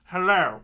Hello